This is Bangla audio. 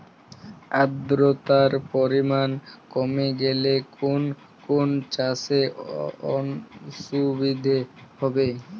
আদ্রতার পরিমাণ কমে গেলে কোন কোন চাষে অসুবিধে হবে?